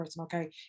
okay